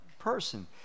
person